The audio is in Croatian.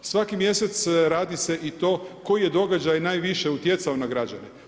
Svaki mjesec radi se i to koji je događaj najviše utjecao na građane.